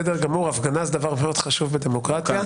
הפגנה זה דבר מאוד חשוב בדמוקרטיה.